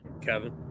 Kevin